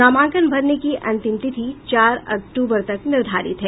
नामांकन भरने की अंतिम तिथि चार अक्टूबर तक निर्धारित है